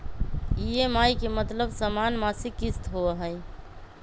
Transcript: EMI के मतलब समान मासिक किस्त होहई?